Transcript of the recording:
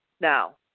now